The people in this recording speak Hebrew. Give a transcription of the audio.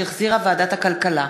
שהחזירה ועדת הכלכלה.